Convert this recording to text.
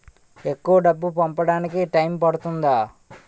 ఎక్కువ డబ్బు పంపడానికి టైం పడుతుందా?